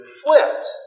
flipped